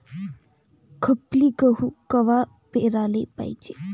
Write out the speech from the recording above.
खपली गहू कवा पेराले पायजे?